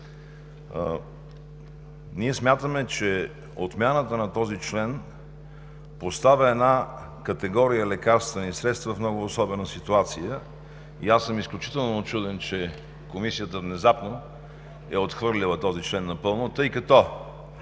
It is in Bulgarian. Ние смятаме, че отмяната на този член поставя една категория лекарствени средства в много особена ситуация и аз съм изключително учуден, че Комисията внезапно е отхвърлила този член напълно, тъй като